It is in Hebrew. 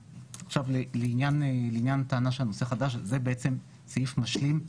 לעניין הטענה של נושא חדש זה סעיף משלים,